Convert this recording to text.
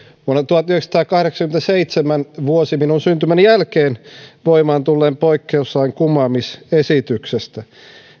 vuonna tuhatyhdeksänsataakahdeksankymmentäseitsemän vuosi minun syntymäni jälkeen voimaan tulleen poikkeuslain kumoamisesityksestä